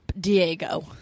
Diego